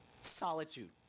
solitude